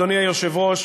אדוני היושב-ראש,